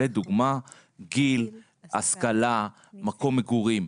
לדוגמה, גיל, השכלה מקום מגורים.